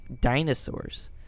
dinosaurs